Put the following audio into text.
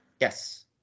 Yes